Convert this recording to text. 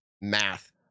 math